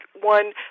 one